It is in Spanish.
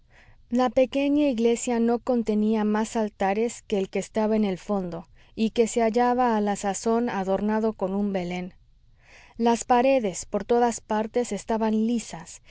la pequeña iglesia no contenía más altares que el que estaba en el fondo y que se hallaba a la sazón adornado con un belén las paredes por todas partes estaban lisas